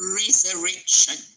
resurrection